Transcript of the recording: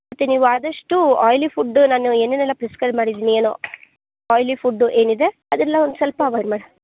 ಮತ್ತು ನೀವು ಆದಷ್ಟು ಆಯ್ಲಿ ಫುಡ್ಡು ನಾನು ಏನೇನೆಲ್ಲ ಪ್ರಿಸ್ಕ್ರೈಬ್ ಮಾಡಿದ್ದೀನಿ ಏನು ಆಯ್ಲಿ ಫುಡ್ಡು ಏನಿದೆ ಅದೆಲ್ಲ ಒಂದು ಸ್ವಲ್ಪ ಅವಾಯ್ಡ್ ಮಾಡಿ